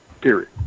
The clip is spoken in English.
Period